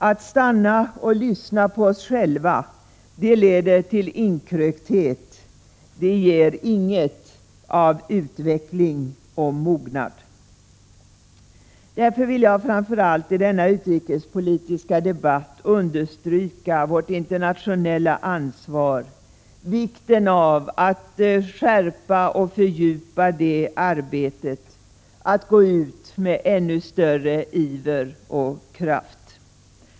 Att stanna och lyssna på oss själva leder till inkrökthet, det ger inget av utveckling och mognad. Därför vill jag i denna utrikespolitiska debatt framför allt understryka vårt internationella ansvar, vikten av att skärpa och fördjupa det arbetet, att gå ut med ännu större iver och kraft.